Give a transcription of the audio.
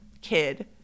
kid